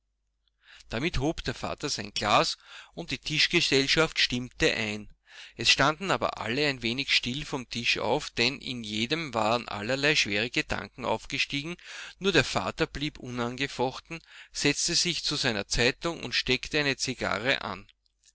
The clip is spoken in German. damit hob der vater sein glas und die tischgesellschaft stimmte ein es standen aber alle ein wenig still vom tisch auf denn in jedem waren allerlei schwere gedanken aufgestiegen nur der vater blieb unangefochten setzte sich zu seiner zeitung und steckte eine zigarre an